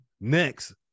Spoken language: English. Next